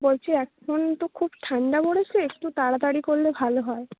বলছি এখন তো খুব ঠান্ডা পড়েছে একটু তাড়াতাড়ি করলে ভালো হয়